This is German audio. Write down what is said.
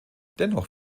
dennoch